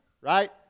right